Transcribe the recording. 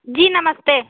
जी नमस्ते